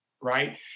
right